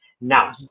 Now